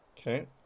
Okay